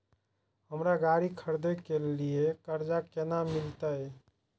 हमरा गाड़ी खरदे के लिए कर्जा केना मिलते?